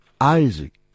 Isaac